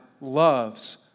loves